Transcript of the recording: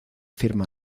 firma